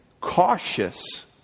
cautious